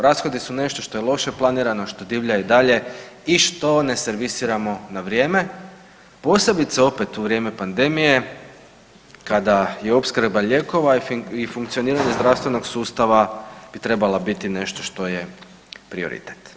Rashodi su nešto što je loše planirano, što divlja i dalje i što ne servisiramo na vrijeme posebice opet u vrijeme pandemije kada je opskrba lijekova i funkcioniranje zdravstvenog sustava bi trebala biti nešto što je prioritet.